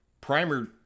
Primer